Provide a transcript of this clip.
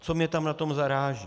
Co mě tam na tom zaráží?